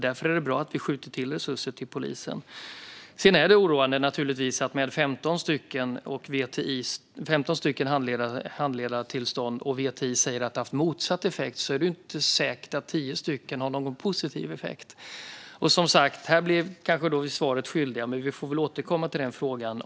Därför är det bra att vi skjuter till resurser till polisen. När VTI säger att 15 stycken handledartillstånd haft motsatt effekt är det ju inte säkert att 10 stycken har någon positiv effekt. Här blev vi kanske svaret skyldiga, som sagt, men vi får väl återkomma till den frågan.